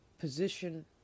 Position